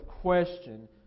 question